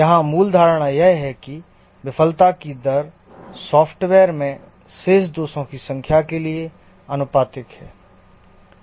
यहां मूल धारणा यह है कि विफलता की दर सॉफ्टवेयर में शेष दोषों की संख्या के लिए आनुपातिक है